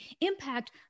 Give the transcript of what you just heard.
impact